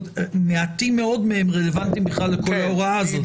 - מעטים מאוד רלוונטי לכל ההוראה הזאת.